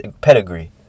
pedigree